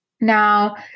Now